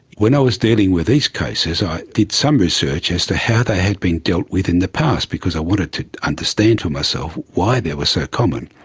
when i was dealing with these cases i did some research as to how they had been dealt with in the past, because i wanted to understand for myself why they were so common.